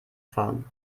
fahren